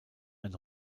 ein